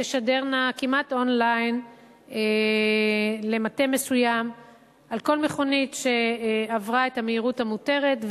תשדרנה כמעט און-ליין למטה מסוים על כל מכונית שעברה את המהירות המותרת,